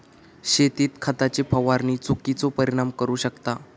शेतीत खताची फवारणी चुकिचो परिणाम करू शकता